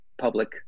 public